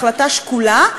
החלטה שקולה,